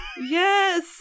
Yes